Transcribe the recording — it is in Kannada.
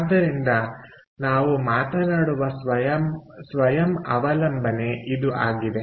ಆದ್ದರಿಂದ ನಾವು ಮಾತನಾಡುವ ಸ್ವಯಂ ಅವಲಂಬನೆ ಅದು ಆಗಿದೆ